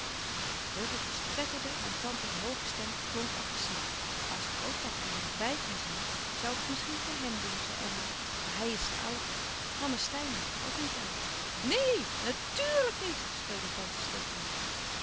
de vogeltjes twetterden en tante's hooge stem klonk agressief als grootpapa er nog bij kon zijn zoû ik het misschien voor hèm doen zei elly maar hij is te oud mama steyn hecht er ook niet aan neen natuùrlijk niet schreeuwde tante stefanie